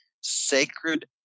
sacred